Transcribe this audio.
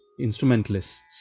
instrumentalists